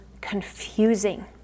confusing